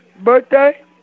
birthday